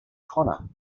connor